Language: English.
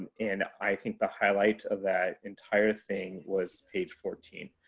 and i think the highlight of that entire thing was page fourteen.